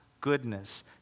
goodness